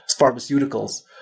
pharmaceuticals